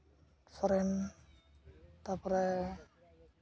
ᱥᱚᱨᱮᱱ ᱛᱟᱨᱯᱚᱨᱮ